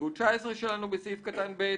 הסתייגות 19 שלנו: בסעיף קטן (ב),